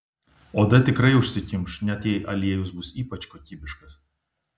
oda tikrai užsikimš net jei aliejus bus ypač kokybiškas